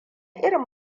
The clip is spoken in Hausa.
irin